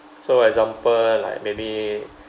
so example like maybe